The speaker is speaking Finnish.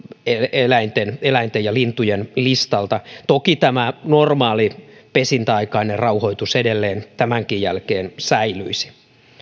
eläinten eläinten ja lintujen listalta toki tämä normaali pesintäaikainen rauhoitus edelleen tämänkin jälkeen säilyisi